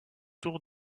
tour